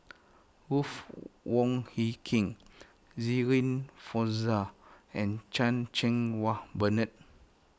Ruth Wong Hie King Shirin Fozdar and Chan Cheng Wah Bernard